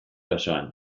osoan